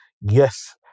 yes